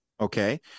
okay